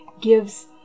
gives